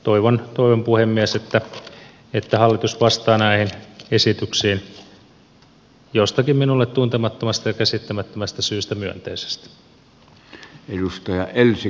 toivon puhemies että hallitus vastaa näihin esityksiin jostakin minulle tuntemattomasta ja käsittämättömästä syystä myönteisesti